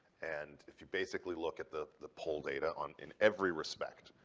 and if you basically look at the the poll data on in every respect,